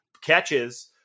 catches